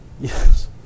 Yes